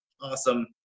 awesome